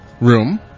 room